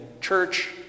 church